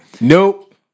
Nope